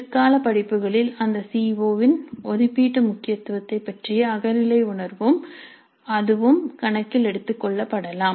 பிற்கால படிப்புகளில் அந்த சி ஓ இன் ஒப்பீட்டு முக்கியத்துவத்தைப் பற்றிய அகநிலை உணர்வும் அதுவும் கணக்கில் எடுத்துக்கொள்ளப்படலாம்